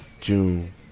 June